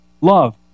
love